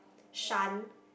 Shan